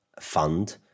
fund